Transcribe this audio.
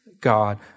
God